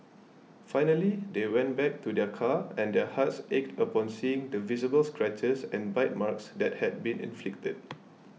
finally they went back to their car and their hearts ached upon seeing the visible scratches and bite marks that had been inflicted